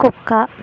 కుక్క